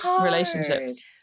relationships